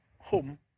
home